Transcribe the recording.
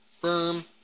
firm